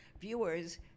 viewers